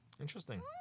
Interesting